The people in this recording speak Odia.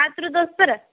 ସାତରୁ ଦଶରା